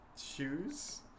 shoes